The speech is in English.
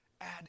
add